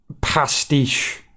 pastiche